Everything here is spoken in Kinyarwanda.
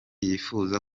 yifuza